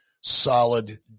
solid